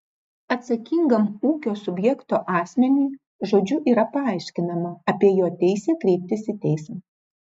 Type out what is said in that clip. atsakingam ūkio subjekto asmeniui žodžiu yra paaiškinama apie jo teisę kreiptis į teismą